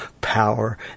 power